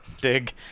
dig